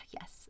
Yes